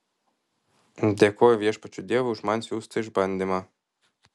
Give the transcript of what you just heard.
dėkoju viešpačiui dievui už man siųstą išbandymą